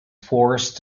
forced